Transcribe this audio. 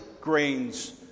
grains